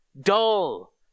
Dull